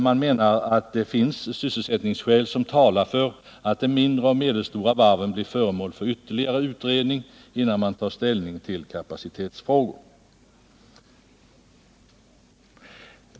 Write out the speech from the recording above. Man menar att det finns sysselsättningsskäl som talar för att de mindre och medelstora varven blir föremål för ytterligare utredning innan man tar ställning till kapacitetsfrågor.